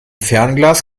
fernglas